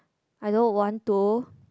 I don't want to